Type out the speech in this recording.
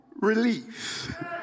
relief